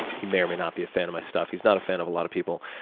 he may or may not be a fan of my stuff. he's not a fan of a lot of people.